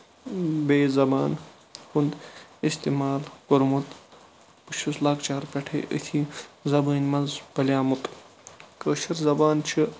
بیٚیہِ زَبان ہُنٛد اِستعمال کوٚرمُت بہٕ چھُس لۄکچارٕ پیٚٹھٕے أتھۍ زَبانۍ منٛز پَلیٛومُت کٲشِر زَبان چھِ